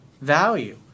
value